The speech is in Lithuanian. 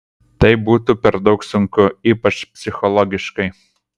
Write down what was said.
tai būtų per daug sunku ypač psichologiškai